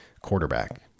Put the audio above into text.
quarterback